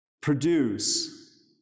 produce